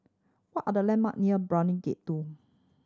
what are the landmark near Brani Gate Two